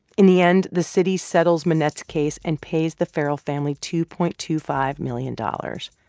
in the end, the city settles monnett's case and pays the ferrell family two point two five million dollars